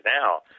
now